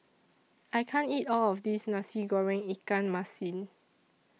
I can't eat All of This Nasi Goreng Ikan Masin